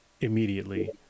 immediately